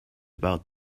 about